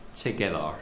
Together